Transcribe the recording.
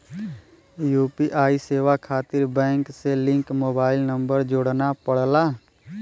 UPI सेवा खातिर bank से लिंक मोबाइल नंबर जोड़ना पड़ला